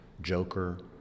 joker